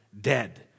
dead